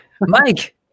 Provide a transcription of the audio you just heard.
Mike